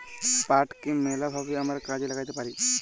পাটকে ম্যালা ভাবে আমরা কাজে ল্যাগ্যাইতে পারি